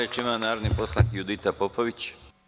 Reč ima narodni poslanik Judita Popović.